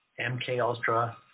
MKUltra